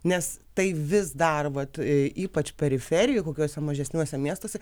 nes tai vis dar vat ypač periferijoj kokiose mažesniuose miestuose